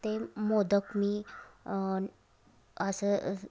ते मोदक मी असं